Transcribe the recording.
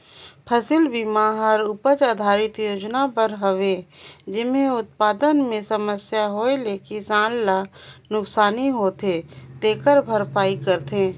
फसल बिमा हर उपज आधरित योजना बर हवे जेम्हे उत्पादन मे समस्या होए ले किसान ल नुकसानी होथे तेखर भरपाई करथे